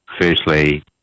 firstly